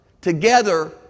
together